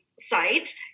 site